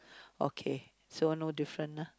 okay so no different ah